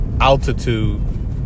altitude